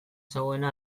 zegoena